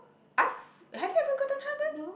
us have you ever gotten heartburn